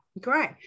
great